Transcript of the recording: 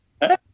Hey